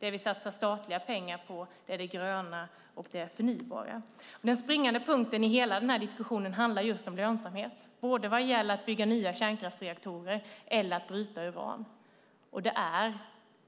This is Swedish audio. Det som vi satsar statliga pengar på är det gröna och det förnybara. Den springande punkten i hela den här diskussionen handlar just om lönsamhet vad gäller både att bygga nya kärnkraftsreaktorer och att bryta uran, och